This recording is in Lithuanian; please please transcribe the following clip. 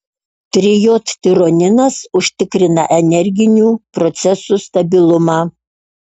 trijodtironinas užtikrina energinių procesų stabilumą